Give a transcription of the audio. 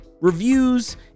reviews